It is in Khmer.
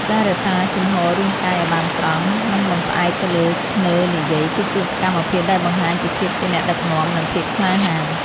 ការរក្សាជំហររាងកាយឱ្យបានត្រង់ និងមិនផ្អែកទៅលើធ្នើរនិយាយ គឺជាសកម្មភាពដែលបង្ហាញពីភាពជាអ្នកដឹកនាំ និងភាពក្លាហាន។